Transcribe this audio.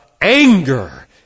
anger